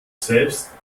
selbst